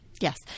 Yes